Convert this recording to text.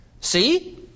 See